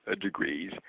degrees